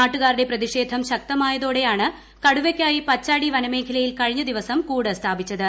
നാട്ടുകാരുടെ പ്രതിഷേധം ശക്തമായതോടെയാണ് കടുവയ്ക്കായി പച്ചാടി വനമേഖലയിൽ കഴിഞ്ഞദിവസം കൂട് സ്ഥാപിച്ചത്